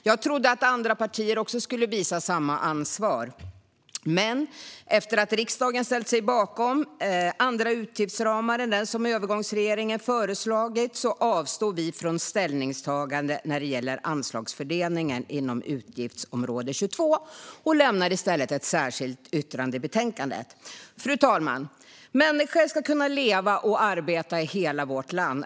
Jag trodde att andra partier skulle ta samma ansvar, men efter att riksdagen ställt sig bakom andra utgiftsramar än dem som övergångsregeringen föreslagit avstår vi från ställningstagande när det gäller anslagsfördelningen inom utgiftsområde 22 och lämnar i stället ett särskilt yttrande i betänkandet. Fru talman! Människor ska kunna leva och arbeta i hela vårt land.